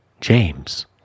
James